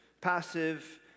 passive